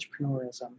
entrepreneurism